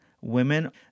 Women